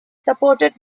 supported